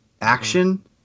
action